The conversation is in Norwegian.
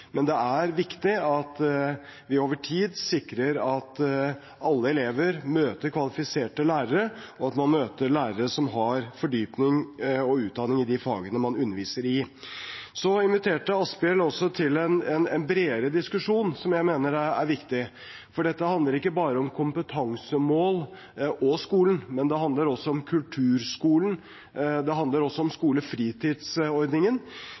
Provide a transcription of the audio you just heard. Men det er viktig at vi over tid sikrer at alle elever møter kvalifiserte lærere, og at man møter lærere som har fordypning og utdanning i de fagene man underviser i. Representanten Asphjell inviterte også til en bredere diskusjon som jeg mener er viktig, for dette handler ikke bare om kompetansemål og skolen: Det handler også om kulturskolen